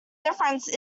difference